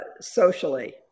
socially